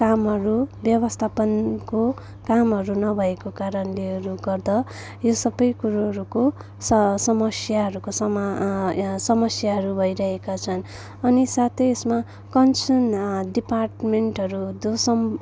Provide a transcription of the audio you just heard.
कामहरू व्यवस्थापनको कामहरू नभएको कारणहरूले गर्दा यो सबै कुरोहरूको स समस्याहरूको समा आ समस्याहरू भइरहेका छन् अनि साथै यसमा कन्सर्न डिपार्टमेन्टहरू दो सम